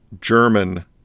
German